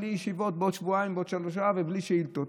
בלי ישיבות בעוד שבועיים-שלושה ובלי שאילתות.